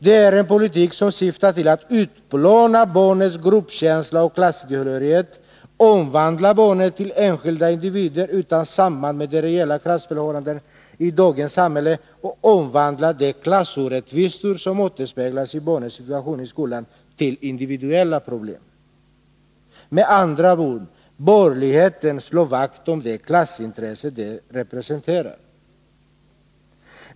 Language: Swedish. Det är en politik som syftar till att utplåna barnens gruppkänsla och klasstillhörighet, omvandla barnen till enskilda individer utan samband med de reella klassförhållandena i dagens samhälle och omvandla de klassorättvisor, som återspeglas i barnens situation i skolan, till individuella problem. Med andra ord: Borgerligheten slår vakt om de klassintressen den representerar.